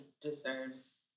deserves